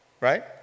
Right